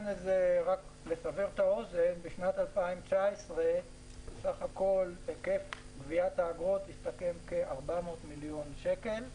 לסבר את האוזן: בשנת 2019 היקף גביית האגרות הסתכם בכ-400 מיליון שקלים,